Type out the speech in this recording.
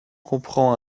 comprend